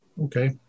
Okay